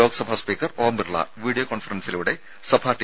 Lok Sabha speaker Om Birla video കോൺഫറൻസിലൂടെ സഭാ T